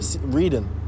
reading